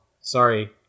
sorry